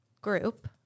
group